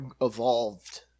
evolved